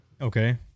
Okay